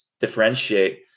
differentiate